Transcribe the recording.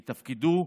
יתפקדו,